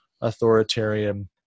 authoritarian